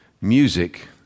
music